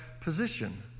position